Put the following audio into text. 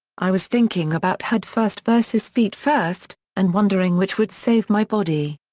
i was thinking about head-first versus feet-first, and wondering which would save my body.